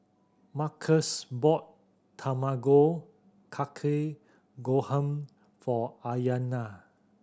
Markus bought Tamago Kake Gohan for Ayanna